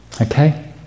Okay